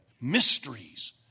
Mysteries